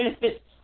benefits